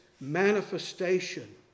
manifestation